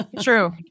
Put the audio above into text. True